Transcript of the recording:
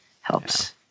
helps